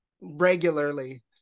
regularly